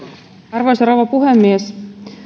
arvoisa rouva puhemies